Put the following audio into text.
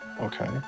Okay